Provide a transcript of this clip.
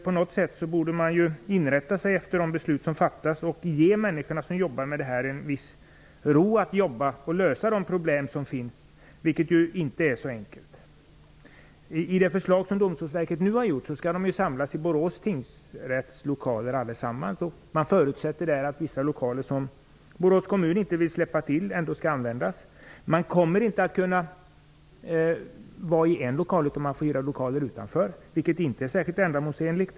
På något sätt borde man inrätta sig efter de beslut som fattas och ge människorna ro att jobba och lösa de problem som finns, vilket inte är så enkelt. I det förslag som Domstolsverket nu har lagt fram skall allesammans samlas i Borås tingsrätts lokaler. Förslaget förutsätter att vissa lokaler som Borås kommun inte vill släppa till ändå skall användas. Man kommer inte att kunna vara i en lokal, utan man får hyra lokaler utanför. Det är inte särskilt ändamålsenligt.